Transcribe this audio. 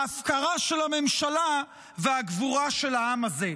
ההפקרה של הממשלה והגבורה של העם הזה.